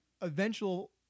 eventual